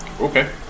Okay